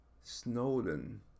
Snowden